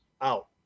out